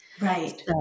Right